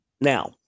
Now